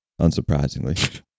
unsurprisingly